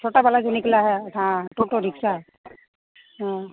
छोटा वाला जो निकला है हाँ ओटो रिक्शा हाँ